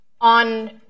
on